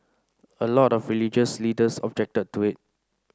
a lot of religious leaders objected to it